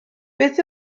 beth